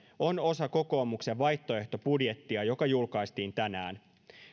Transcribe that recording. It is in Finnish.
on osa kokoomuksen vaihtoehtobudjettia joka julkaistiin tänään